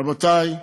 רבותי,